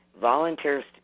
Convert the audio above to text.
volunteers